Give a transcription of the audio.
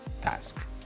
task